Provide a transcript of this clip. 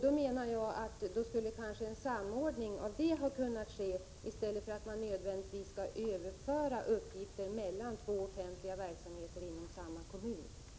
Då menar jag att man skulle ha kunnat samordna i stället för att nödvändigtvis överföra uppgifter från den ena offentliga verksamheten till den andra inom en och samma kommun.